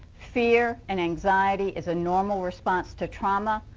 fear and anxiety is a normal response to trauma.